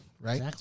Right